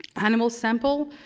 animal sample,